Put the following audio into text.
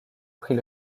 pris